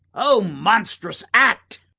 o monstrous act!